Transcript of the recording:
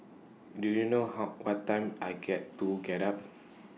do you know how what time I get to get up